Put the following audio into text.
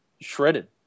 shredded